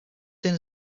seen